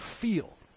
feel